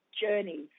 journeys